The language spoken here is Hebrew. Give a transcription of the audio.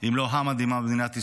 אם לא המדהימה במדינת ישראל.